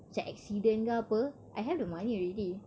macam accident ke apa I have the money already